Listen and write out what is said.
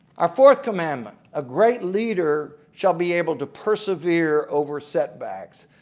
our fourth commandment a great leader shall be able to persevere over setbacks.